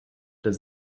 does